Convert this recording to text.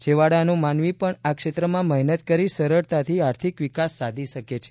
છેવાડાનો માનવી પણ આ ક્ષેત્રમાં મહેનત કરી સરળતાથી આર્થિક વિકાસ સાધી શકે છે